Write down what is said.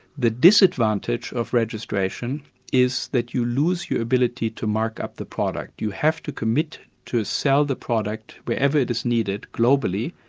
the disadvantage of registration is that you lose your ability to mark up the product. you have to commit to sell the product wherever it is needed globally,